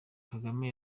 kagame